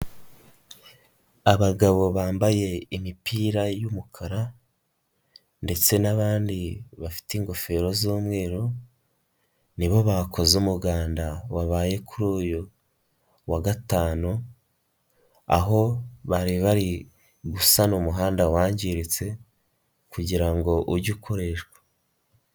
Abagabo bambaye imipira y'umukara ndetse n'abandi bafite ingofero z'umweru ni bo bakoze umuganda wabaye kuri uyu wa Gatanu, aho bari bari gusana umuhanda wangiritse kugira ngo uge ukoreshwa.